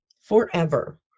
forever